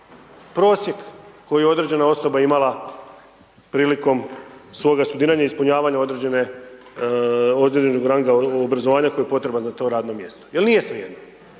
prosjek koji je određena osoba imala prilikom svoga studiranja i ispunjavanja određenog ranga obrazovanja koje je potreba za to radno mjesto jer nije svejedno